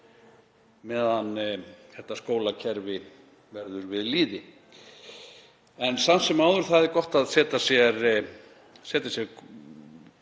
meðan þetta skólakerfi verður við lýði. En það er gott að setja sér